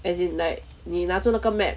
as in like 你拿住那个 map